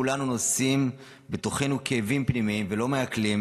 כולנו נושאים בתוכנו כאבים פנימיים ולא מעכלים